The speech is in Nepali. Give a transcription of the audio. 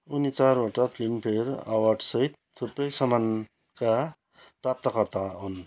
उनी चारवटा फिल्मफेयर अवार्डसहित थुप्रै सम्मानका प्राप्तकर्ता हुन्